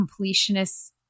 completionists